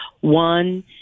One